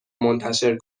منتشر